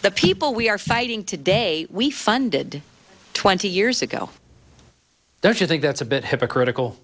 the people we are fighting today we funded twenty years ago don't you think that's a bit hypocritical